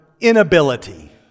inability